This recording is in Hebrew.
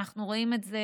אנחנו רואים את זה,